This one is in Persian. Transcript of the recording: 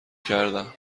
کردم